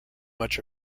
much